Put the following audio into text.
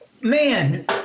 man